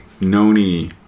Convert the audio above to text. noni